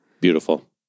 Beautiful